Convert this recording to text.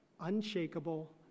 unshakable